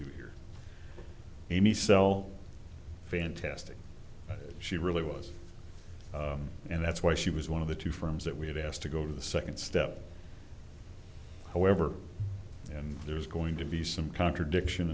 do here amy sell fantastic she really was and that's why she was one of the two firms that we've asked to go to the second step however and there's going to be some contradiction